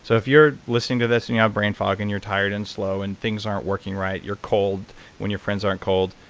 so if you're listening to this and you have brain fog and you're tired and slow and things aren't working right, you're cold when your friends aren't cold,